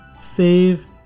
Save